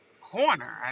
corner